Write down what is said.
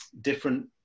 different